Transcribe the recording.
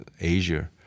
Asia